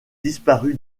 disparu